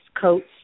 coats